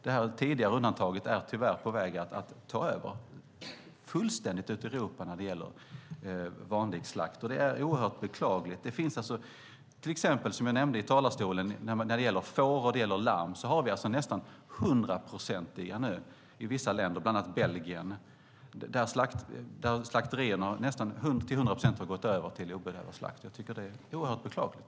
Det tidigare undantaget är tyvärr på väg att ta över fullständigt ute i Europa när det gäller vanlig slakt. Det är oerhört beklagligt. Som jag nämnde i talarstolen har slakterier i vissa länder, bland annat Belgien, till nästan hundra procent gått över till slakt utan bedövning av får och lamm. Jag tycker att det är oerhört beklagligt.